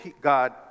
God